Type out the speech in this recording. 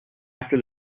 after